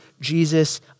Jesus